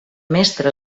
mestre